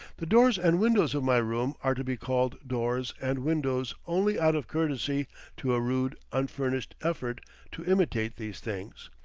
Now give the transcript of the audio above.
the doors and windows of my room are to be called doors and windows only out of courtesy to a rude, unfinished effort to imitate these things,